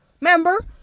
Remember